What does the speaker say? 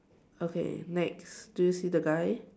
okay next do you see the guy